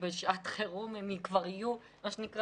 שבשעת חירום הם כבר יהיו --- זה היה